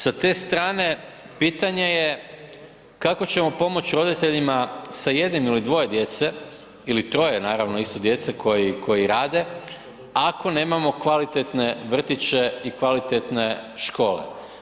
Sa te strane pitanje je kako ćemo pomoć roditeljima sa jednim ili dvoje djece ili troje naravno isto djece, koji, koji rade ako nemamo kvalitetne vrtiće i kvalitetne škole?